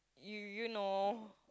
you you know